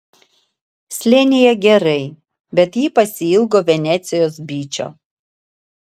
slėnyje gerai bet ji pasiilgo venecijos byčo